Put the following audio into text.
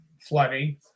flooding